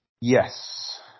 Yes